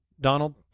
Donald